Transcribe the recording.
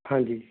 ਹਾਂਜੀ